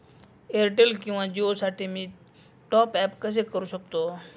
Airtel किंवा जिओसाठी मी टॉप ॲप कसे करु शकतो?